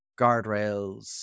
guardrails